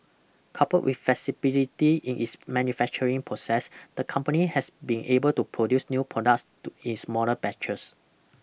coupled with flexibility in its manufacturing process the company has been able to produce new products to in smaller batches